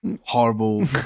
Horrible